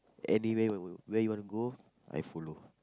anywhere where you wanna go I follow